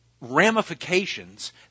ramifications